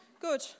Good